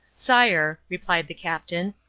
sire, replied the captain,